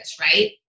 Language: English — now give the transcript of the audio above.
right